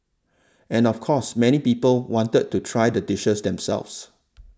and of course many people wanted to try the dishes themselves